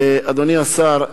אדוני השר,